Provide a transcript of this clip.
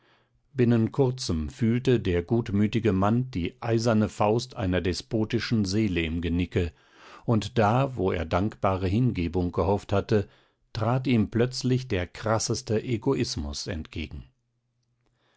binnen kurzem fühlte der gutmütige mann die eiserne faust einer despotischen seele im genicke und da wo er dankbare hingebung gehofft hatte trat ihm plötzlich der krasseste egoismus entgegen